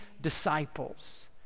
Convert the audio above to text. disciples